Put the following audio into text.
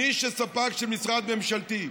מי שספק של משרד ממשלתי,